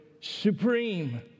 supreme